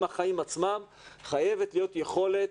עם החיים עצמם ולכן חייבת להיות יכולת